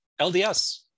LDS